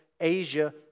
Asia